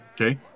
Okay